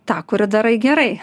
tą kurį darai gerai